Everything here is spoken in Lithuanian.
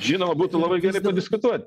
žinoma būtų labai gerai padiskutuot